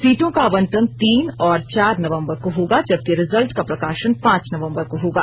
सीटों का आवंटन तीन और चार नवंबर को होगा जबकि रिजल्ट का प्रकाशन पांच नवंबर को होगा